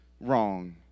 wrong